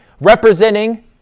representing